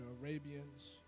Arabians